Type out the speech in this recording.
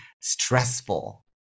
stressful